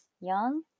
Young